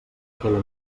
aquella